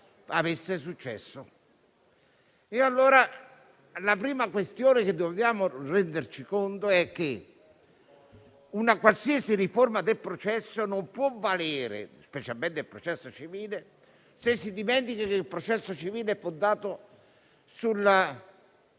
successo. La prima questione di cui dobbiamo renderci conto è che una qualsiasi riforma del processo non può valere, specialmente per quello civile, se si dimentica che il processo civile è fondato sulla